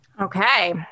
Okay